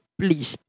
please